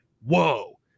whoa